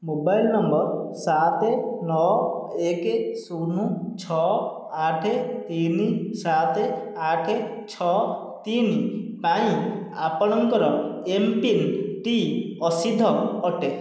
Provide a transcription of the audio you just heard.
mobile number ସାତ ନଅ ଏକ ଶୂନ ଛଅ ଆଠ ତିନି ସାତ ଆଠ ଛଅ ତିନି ପାଇଁ ଆପଣଙ୍କର ଏମ୍ପିନ୍ଟି ଅସିଦ୍ଧ ଅଟେ